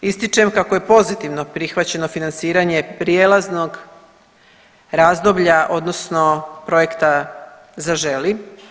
Ističem kako je pozitivno prihvaćeno financiranje prijelaznog razdoblja odnosno projekta Zaželi.